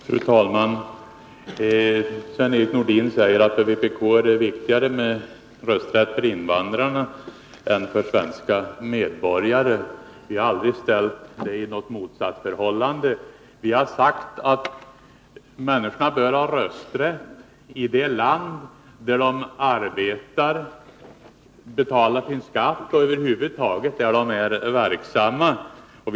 Fru talman! Sven-Erik Nordin säger att för vpk är det viktigare med rösträtt för invandrarna än för svenska medborgare. Vi har inte ställt dessa grupper i något motsatsförhållande. Vi har sagt att människorna bör ha rösträtt i det land där de arbetar, där de betalar sin skatt och över huvud taget där de är verksamma.